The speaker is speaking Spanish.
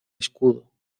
escudo